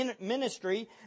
ministry